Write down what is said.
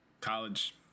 College